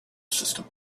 system